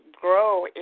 grow